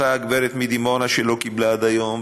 אותה גברת מדימונה שלא קיבלה עד היום,